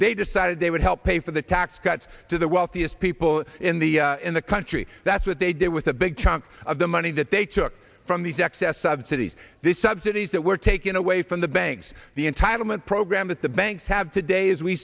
they decided they would help pay for the tax cuts to the wealthiest people in the in the country that's what they did with a big chunk of the money that they took from these excess subsidies these subsidies that were taken away from the banks the entitlement program that the banks have today as we